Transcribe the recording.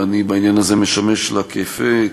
ואני בעניין הזה משמש לה כפה,